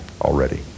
already